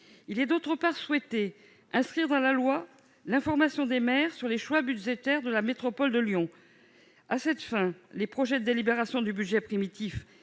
Ensuite, nous souhaitons inscrire dans la loi l'information des maires sur les choix budgétaires de la métropole de Lyon. À cet effet, les projets de délibération du budget primitif